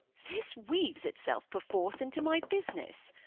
this weaves itself perforce into my business.